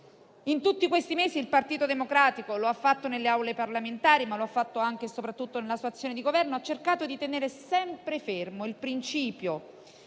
In tutti questi mesi il Partito Democratico, nelle aule parlamentari ma anche e soprattutto nella sua azione di Governo, ha cercato di tenere sempre fermo il principio,